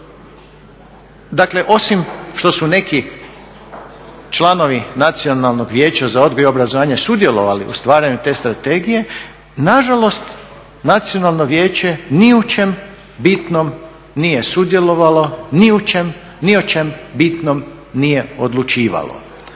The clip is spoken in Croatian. dakle osim što su neki članovi Nacionalnog vijeća za odgoj i obrazovanje sudjelovali u stvaranju te strategije nažalost nacionalno vijeće ni u čem bitnom nije sudjelovalo,